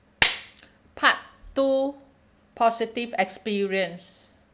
part two positive experience